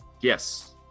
Yes